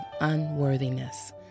unworthiness